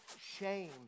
shame